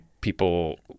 people